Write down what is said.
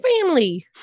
family